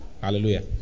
Hallelujah